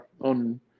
on